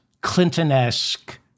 Clinton-esque